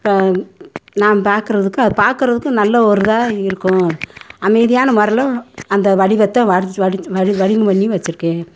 இப்போ நான் பார்க்கறதுக்கு அது பார்க்கறதுக்கும் நல்ல ஒரு இதாக இருக்கும் அமைதியான முறைல அந்த வடிவத்தை வடிச்சு வடிச்சு வடி வடிவம் பண்ணி வச்சுருக்கேன்